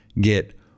get